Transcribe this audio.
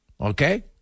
Okay